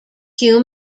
hugh